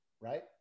right